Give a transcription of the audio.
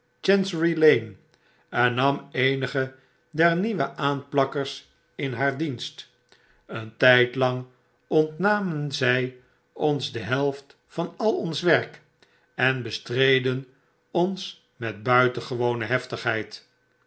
en nam eenige der nieuwe aanplakkers in haar dienst een tijdlang ontnamen zy ons de helft van al ons werk en bestreden ons met buitengewone heftigheid